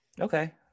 okay